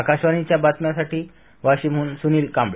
आकाशवाणीच्या बातम्यासाठी वाशीमहून सुनील कांबळे